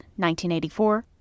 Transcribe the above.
1984